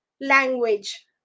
language